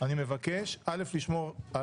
אני מבקש אל"ף לשמור,